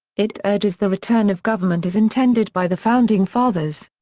it urges the return of government as intended by the founding fathers.